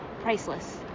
priceless